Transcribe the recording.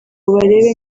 barebe